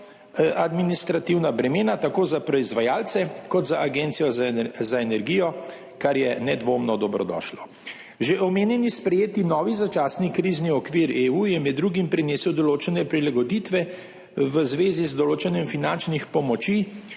administrativna bremena tako za proizvajalce kot za Agencijo za energijo, kar je nedvomno dobrodošlo. Že omenjeni sprejeti novi začasni krizni okvir EU je med drugim prinesel določene prilagoditve v zvezi z določanjem finančnih pomoči